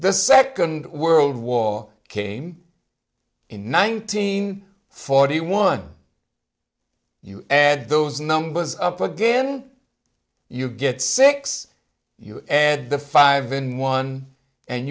the second world war came in nineteen forty one you add those numbers up again you get six you add the five in one and